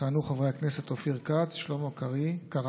יכהנו חברי הכנסת אופיר כץ, שלמה קרעי,